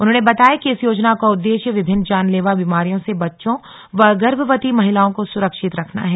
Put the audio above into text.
उन्होंने बताया कि इस योजना का उद्देश्य विभिन्न जानलेवा बीमारियों से बच्चों व गर्भवती महिलाओं को सुरक्षित रखना है